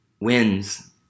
wins